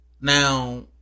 Now